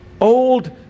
Old